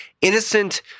innocent